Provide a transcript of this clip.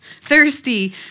thirsty